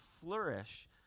flourish